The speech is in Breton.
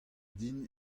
din